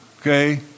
okay